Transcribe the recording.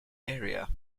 area